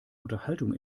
unterhaltung